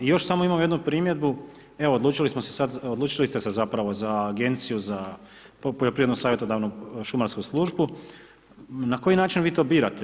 Još samo imam jednu primjedbu, evo odlučili ste se zapravo za Agenciju za poljoprivredno savjetodavnu šumarsku službu, na koji način vi to birate?